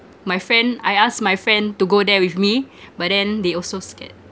my friend I asked my friend to go there with me but then they also scared